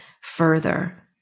further